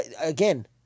again